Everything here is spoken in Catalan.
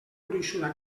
gruixuda